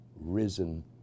risen